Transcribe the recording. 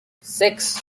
six